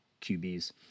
qbs